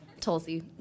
Tulsi